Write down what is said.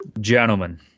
Gentlemen